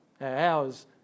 Hours